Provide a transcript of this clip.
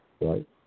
right